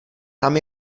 tam